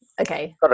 okay